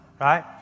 right